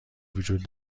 وجود